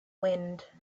wind